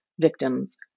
victims